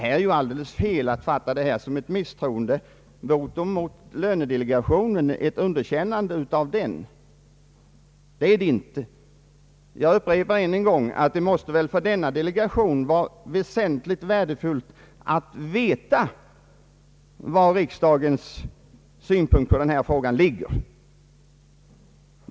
Det är alldeles fel att fatta detta som ett misstroende mot lönedelegationen elier ett underkännande av densamma. Jag upprepar att det för denna delegation måste vara av väsentligt värde att veta vad riksdagen anser i denna fråga.